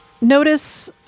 notice